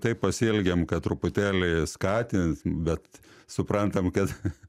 taip pasielgiam kad truputėlį skatint bet suprantam kad